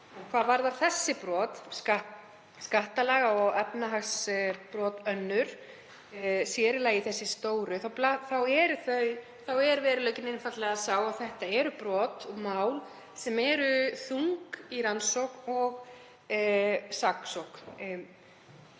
Hvað varðar þessi brot, skattalaga- og efnahagsbrot önnur, sér í lagi þau stóru, þá er veruleikinn einfaldlega sá að það eru brot og mál sem eru þung í rannsókn og saksókn,